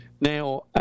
now